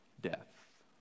death